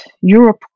Europe